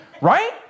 right